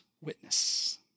witness